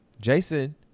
Jason